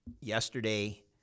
yesterday